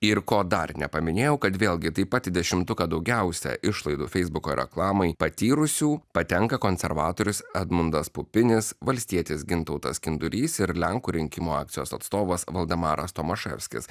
ir ko dar nepaminėjau kad vėlgi taip pat į dešimtuką daugiausia išlaidų feisbuko reklamai patyrusių patenka konservatorius edmundas pupinis valstietis gintautas kindurys ir lenkų rinkimų akcijos atstovas valdemaras tomaševskis